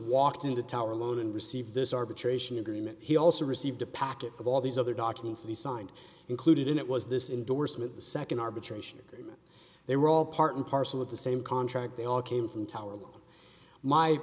walked into tower loan and received this arbitration agreement he also received a packet of all these other documents he signed included in it was this indorsement the nd arbitration agreement they were all part and parcel of the same contract they all came from tolerable my